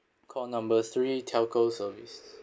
call number three telco service